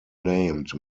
named